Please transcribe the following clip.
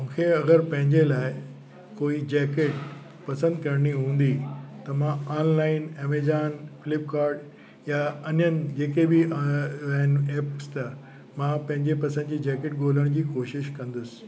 मूंखे अगरि पंहिंजे लाइ कोई जैकेट पसंदि करणी हूंदी त मां ऑनलाइन एमेजॉन फ्लिपकार्ट या अन्य जेके बि ऑनलाइन ऐप्स तव्हां मां पंहिंजे पसंदि जी जैकेट ॻोल्हण जी कोशिश कंदुसि